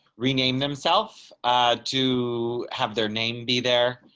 rename themselves to have their name be there.